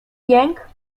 jęk